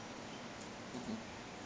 mmhmm